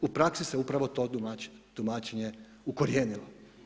U praksi se upravo to tumačenje ukorijenilo.